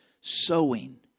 Sowing